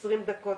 20 דקות.